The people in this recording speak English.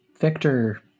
Victor